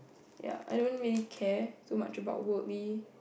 ya I don't really care so much about would we